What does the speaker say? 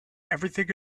everything